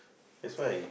that's why